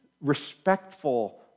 respectful